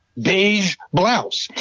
beige blouse.